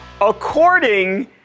according